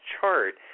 chart